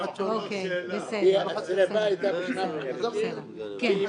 השריפה הייתה בשנת 50' ו --- כן,